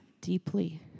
deeply